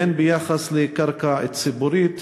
והן ביחס לקרקע ציבורית?